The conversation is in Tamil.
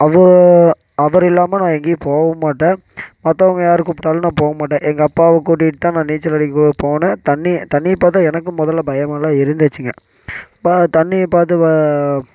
அவர் இல்லாமல் நான் எங்கேயும் போகவும் மாட்டேன் மற்றவங்க யார் கூப்பிட்டாலும் நான் போக மாட்டேன் எங்கள் அப்பாவை கூட்டிட்டு தான் நான் நீச்சல் அடிக்க போனேன் தண்ணியை தண்ணியை பார்த்தா எனக்கும் முதல்ல பயமெல்லாம் இருந்துச்சுங்க தண்ணியை பார்த்தா